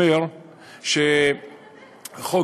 לתקן שזה לא צילום מצב של תקופת הבריטים,